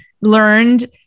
learned